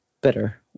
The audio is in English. better